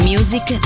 Music